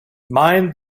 mind